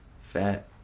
fat